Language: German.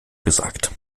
gesagt